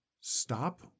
stop